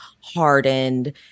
hardened